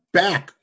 back